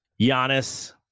Giannis